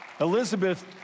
Elizabeth